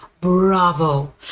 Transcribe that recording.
Bravo